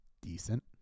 decent